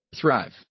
thrive